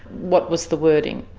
what was the wording?